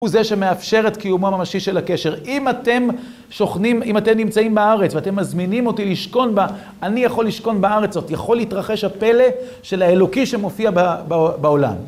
הוא זה שמאפשר את קיומו הממשי של הקשר. אם אתם שוכנים, אם אתם נמצאים בארץ, ואתם מזמינים אותי לשכון בה, אני יכול לשכון בארץ זאת יכול להתרחש הפלא של האלוקי שמופיע בעולם.